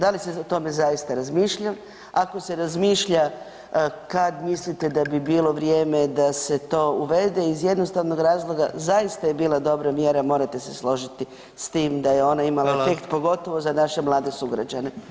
Da li se o tome zaista razmišlja, ako se razmišlja kad mislite da bi bilo vrijeme da se to uvede iz jednostavnog razloga zaista je bila dobra mjera, morate se složiti s tim da je ona imala peh pogotovo za naše mlade sugrađane.